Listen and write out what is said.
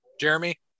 jeremy